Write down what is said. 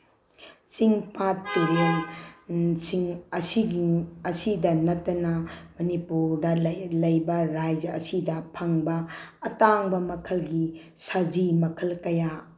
ꯆꯤꯡ ꯄꯥꯠ ꯇꯨꯔꯦꯜꯁꯤꯡ ꯑꯁꯤꯒꯤ ꯑꯁꯤꯗ ꯅꯠꯇꯅ ꯃꯅꯤꯄꯨꯔꯗ ꯂꯩꯕ ꯔꯥꯏꯖ ꯑꯁꯤꯗ ꯐꯪꯕ ꯑꯇꯥꯡꯕ ꯃꯈꯜꯒꯤ ꯁꯖꯤ ꯃꯈꯜ ꯀꯌꯥ